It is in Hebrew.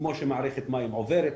כמו מערכת מים עוברת,